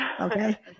Okay